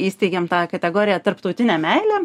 įsteigėm tą kategoriją tarptautinę meilę